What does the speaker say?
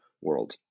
world